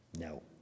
No